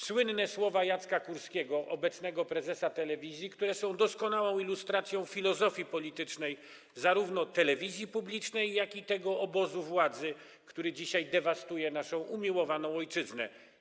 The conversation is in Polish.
Słynne słowa Jacka Kurskiego, obecnego prezesa telewizji, które są doskonałą lustracją filozofii politycznej zarówno telewizji publicznej, jak i tego obozu władzy, który dzisiaj dewastuje naszą umiłowaną ojczyznę.